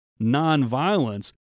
nonviolence